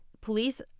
police